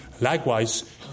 Likewise